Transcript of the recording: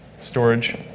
storage